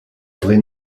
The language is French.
vraie